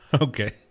Okay